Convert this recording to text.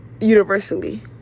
Universally